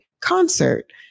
concert